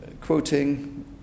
quoting